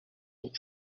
deux